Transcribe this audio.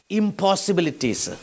impossibilities